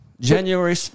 January